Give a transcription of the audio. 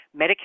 Medicare